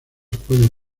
pueden